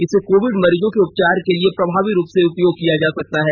इसे कोविड मरीजों के उपचार के लिए प्रभावी रूप से उपयोग किया जा सकता है